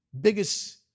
biggest